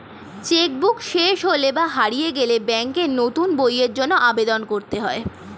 check book শেষ হলে বা হারিয়ে গেলে ব্যাঙ্কে নতুন বইয়ের জন্য আবেদন করতে হয়